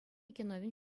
киновӗн